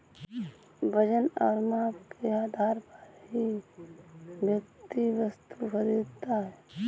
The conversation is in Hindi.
वजन और माप के आधार पर ही व्यक्ति वस्तु खरीदता है